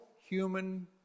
human